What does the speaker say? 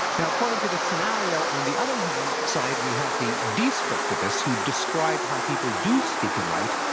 now, according to the scenario, on the other hand side, we have the descriptivists, who describe how people do speak and write,